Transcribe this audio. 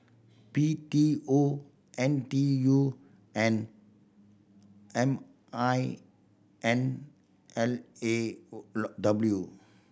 B T O N T U and M I N L A W